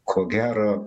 ko gero